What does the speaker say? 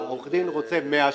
שהעורך דין רוצה 100 שקלים,